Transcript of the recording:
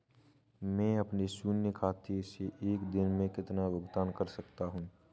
मैं अपने शून्य खाते से एक दिन में कितना भुगतान कर सकता हूँ?